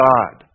God